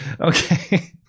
okay